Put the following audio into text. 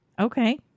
Okay